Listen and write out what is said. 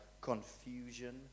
confusion